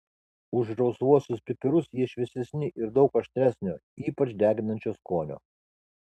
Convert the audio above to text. už rausvuosius pipirus jie šviesesni ir daug aštresnio ypač deginančio skonio